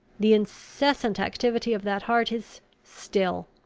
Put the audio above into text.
the incessant activity of that heart is still!